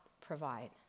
provide